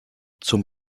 zum